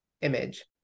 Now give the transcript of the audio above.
image